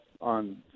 on